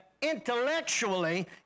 intellectually